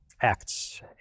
Acts